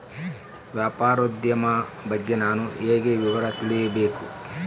ವ್ಯಾಪಾರೋದ್ಯಮ ಬಗ್ಗೆ ನಾನು ಹೇಗೆ ವಿವರ ತಿಳಿಯಬೇಕು?